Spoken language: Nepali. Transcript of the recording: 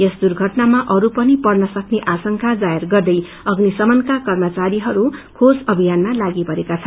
यस दुर्घटनामा अरू पनि पर्न सक्ने आशंका व्यक्त गर्दै अग्न शमनका कर्मचारीहरू खोज अभियानमा लागिपरेका छन्